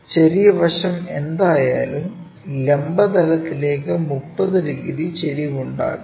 ചെറിയ വശം എന്തായാലും ലംബ തലത്തിലേക്ക് 30 ഡിഗ്രി ചെരിവുണ്ടാക്കുന്നു